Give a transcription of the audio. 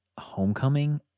Homecoming